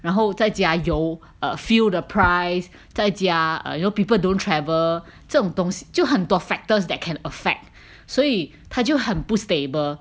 然后再加油 err fuel 的 price 再加 err you know people don't travel 这种东西就很多 factors that can affect 所以它就很不 stable